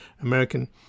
American